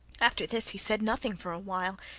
after this he said nothing for a while,